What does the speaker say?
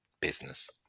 business